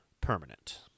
permanent